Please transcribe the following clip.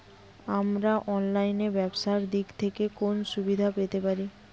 আমরা অনলাইনে ব্যবসার দিক থেকে কোন সুবিধা পেতে পারি?